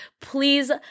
please